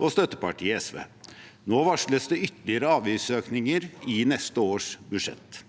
og støttepartiet SV. Nå varsles det ytterligere avgiftsøkninger i neste års budsjett.